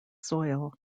soil